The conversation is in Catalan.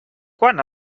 quan